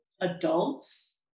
adults